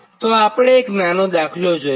અનેતો આપણે એક નાનો દાખલો જોઇએ